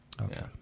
Okay